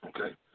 Okay